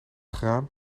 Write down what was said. graan